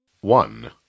One